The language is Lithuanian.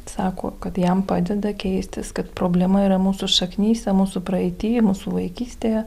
sako kad jam padeda keistis kad problema yra mūsų šaknyse mūsų praeity mūsų vaikystėje